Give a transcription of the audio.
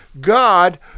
God